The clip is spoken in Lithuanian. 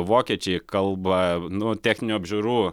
vokiečiai kalba nu techninių apžiūrų